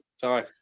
sorry